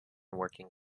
working